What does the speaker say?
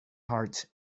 heart